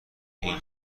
این